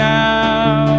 now